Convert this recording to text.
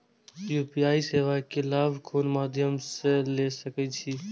UPI सेवा के लाभ कोन मध्यम से ले सके छी?